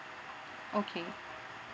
okay